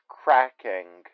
cracking